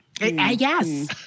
yes